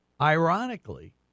Ironically